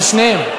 על שניהם.